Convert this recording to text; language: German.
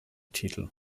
titel